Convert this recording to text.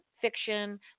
fiction